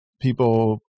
people